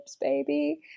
baby